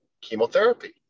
chemotherapy